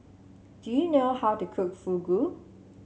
do you know how to cook Fugu